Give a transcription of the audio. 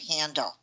handle